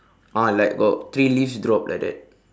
ah like got three leaves drop like that